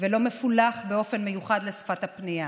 ולא מפולח באופן מיוחד לשפת הפנייה,